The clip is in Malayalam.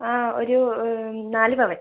ആ ഒരു നാല് പവൻ